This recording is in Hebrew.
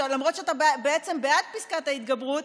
למרות שאתה בעצם בעד פסקת ההתגברות,